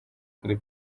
kuri